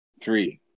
three